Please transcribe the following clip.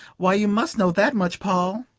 why, you must know that much, paul.